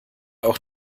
auch